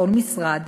בכל משרד,